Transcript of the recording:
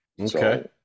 okay